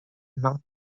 not